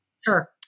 Sure